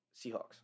Seahawks